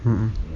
mm mm